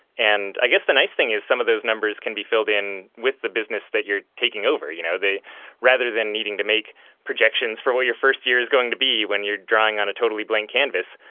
and i guess the nice thing is some of those numbers can be filled in with the business that you're taking over. you know rather than needing to make projections for what your first year is going to be when you're drawing on a totally blank canvas,